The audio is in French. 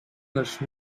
neuf